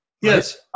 Yes